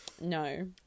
No